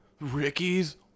ricky's